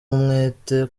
umwete